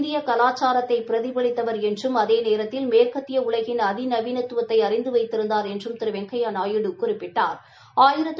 இந்திய கலாச்சாரத்தை பிரதிபவித்தவர் என்றும் அதே நேரத்தில் மேற்கத்திய உலகின் அதிநவீனத்துவத்தை அறிந்து வைத்திருந்தா் என்றும் திரு வெங்கையா நாயுடு குறிப்பிட்டாா்